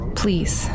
please